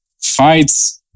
fights